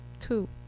two